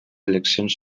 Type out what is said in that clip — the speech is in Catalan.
eleccions